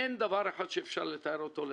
אין דבר אחד שאפשר לתאר אותו לטובה.